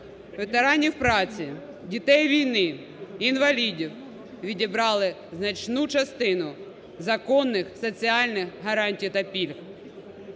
ветеранів праці, дітей-війни, інвалідів відібрали значну частину законних соціальних гарантій та пільг: